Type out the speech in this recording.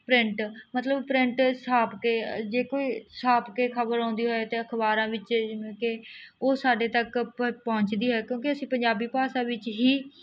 print ਮਤਲਬ print ਛਾਪ ਕੇ ਜੇ ਕੋਈ ਛਾਪ ਕੇ ਖਬਰ ਆਉਂਦੀ ਹੋਵੇ ਤਾਂ ਅਖਬਾਰਾਂ ਵਿੱਚ ਜਿਵੇਂ ਕਿ ਉਹ ਸਾਡੇ ਤੱਕ ਪ ਪਹੁੰਚਦੀ ਹੈ ਕਿਉਂਕਿ ਅਸੀਂ ਪੰਜਾਬੀ ਭਾਸ਼ਾ ਵਿੱਚ ਹੀ